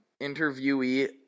interviewee